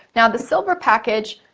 now, the silver package,